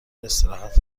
استراحت